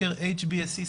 סקר HBSC ,